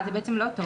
זה לא טוב